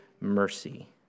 mercy